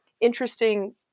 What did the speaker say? interesting